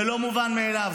זה לא מובן מאליו.